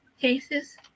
cases